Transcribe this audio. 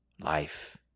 life